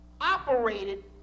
operated